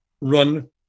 run